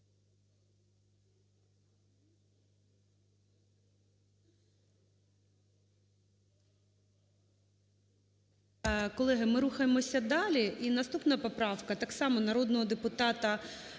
Колеги, ми рухаємося далі. І наступна поправка так само народного